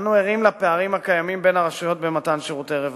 אנו ערים לפערים הקיימים בין הרשויות במתן שירותי רווחה.